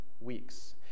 weeks